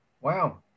wow